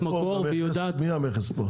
מקור והיא יודעת --- מי המכס פה?